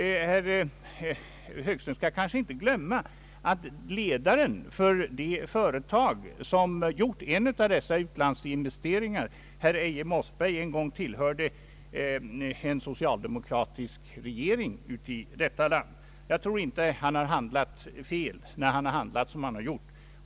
Herr Högström skall inte glömma att chefen för ett av de företag som gjort en av dessa utlandsinvesteringar, direktör Eje Mossberg, en gång tillhörde en socialdemokratisk regering i detta land. Jag tror inte att han handlat fel i detta sammanhang.